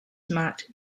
marked